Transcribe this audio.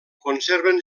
conserven